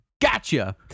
Gotcha